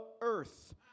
earth